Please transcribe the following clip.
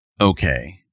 Okay